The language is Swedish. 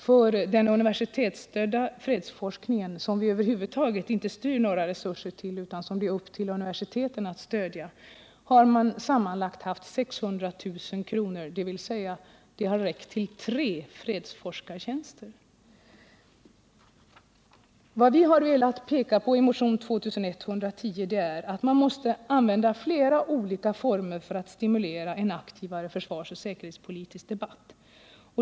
För den universitetsstödda fredsforskningen — som vi över huvud taget inte styr några resurser till utan som det är upp till universiteten att stödja — har man sammanlagt haft 600 000 kr., dvs. det har räckt till tre fredsforskartjänster. Vad vi har velat peka på i motionen 2110 är att man måste använda flera olika former för att stimulera till en aktivare försvarsoch säkerhetspolitisk debatt.